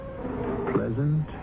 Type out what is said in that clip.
pleasant